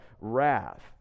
wrath